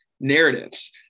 narratives